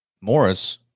Morris